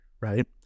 right